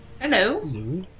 Hello